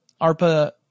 ARPA